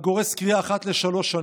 הגורס קריאה אחת לשלוש שנים.